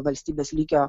valstybės lygio